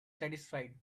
satisfied